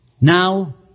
Now